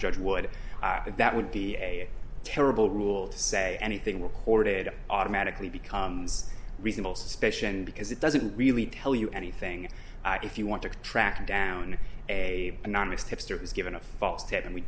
judge would but that would be a terrible rule to say anything recorded automatically becomes reasonable suspicion because it doesn't really tell you anything if you want to track down a anonymous tipster who's given a false step and we